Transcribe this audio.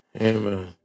Amen